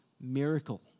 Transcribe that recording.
miracle